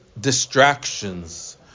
distractions